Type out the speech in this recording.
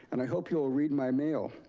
and i hope you will read my mail.